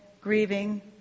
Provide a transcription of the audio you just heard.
grieving